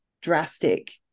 drastic